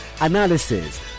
analysis